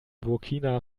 burkina